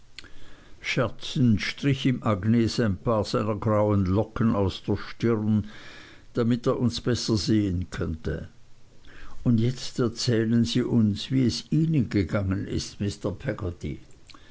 scherzend strich ihm agnes ein paar seiner grauen locken aus der stirn damit er uns besser sehen könnte und jetzt erzählen sie uns wie es ihnen gegangen ist mr